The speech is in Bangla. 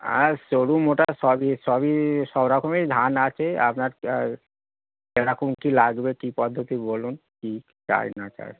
আর সরু মোটা সবই সবই সব রকমই ধান আছে আপনার আর কীরকম কী লাগবে কী পদ্ধতি বলুন কী চাই না চাই